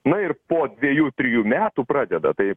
na ir po dviejų trijų metų pradeda tai